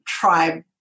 tribe